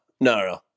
no